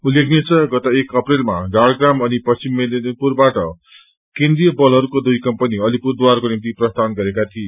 उल्लेखनीय छ गत एक अप्रेलमा झाड़ग्राम अनि पश्चिम मेदिनीपुरबाट केन्द्रिय बलहरूको दुई कम्पनी अलिपुरद्वारको निम्ति प्रस्थान गरेका थिए